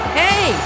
hey